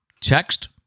Text